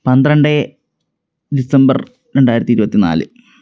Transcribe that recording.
പന്ത്രണ്ട് ഡിസംബർ രണ്ടായിരത്തി ഇരുപത്തിനാല്